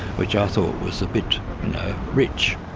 which i thought was a bit rich.